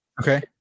Okay